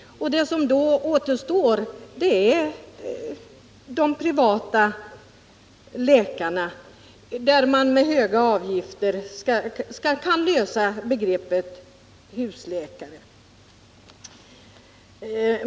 Det som då återstår är de privata läkarna, som mot höga avgifter kan infria förväntningarna på en husläkare.